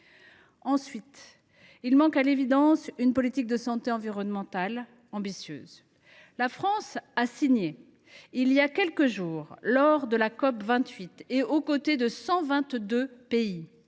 Ensuite, il manque à l’évidence une politique de santé environnementale ambitieuse. La France a signé, il y a quelques jours, lors de la COP28 et aux côtés de 122 pays,